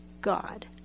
God